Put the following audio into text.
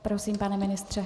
Prosím, pane ministře.